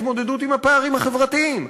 התמודדות עם הפערים החברתיים,